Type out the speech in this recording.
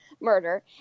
murder